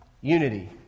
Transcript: unity